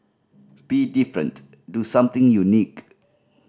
be different do something unique